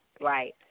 Right